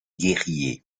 guerriers